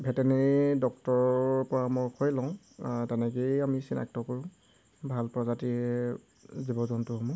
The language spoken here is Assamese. ভেটেনেৰি ডক্তৰৰ পৰামৰ্শই লওঁ তেনেকৈয়ে আমি চিনাক্ত কৰোঁ ভাল প্ৰজাতিৰ জীৱ জন্তুসমূহ